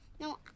No